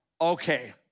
okay